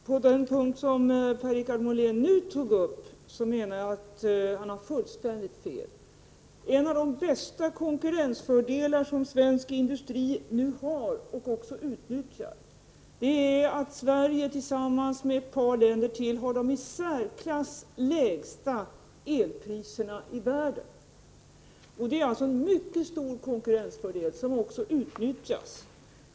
Herr talman! På den punkt som Per-Richard Molén nu tog upp menar jag att han har fullständigt fel. En av de bästa konkurrensfördelar som svensk industri nu har och också utnyttjar är att Sverige tillsammans med ett par länder till har de i särklass lägsta elpriserna i världen. Det är alltså en mycket stor konkurrensfördel, som också utnyttjas.